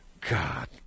God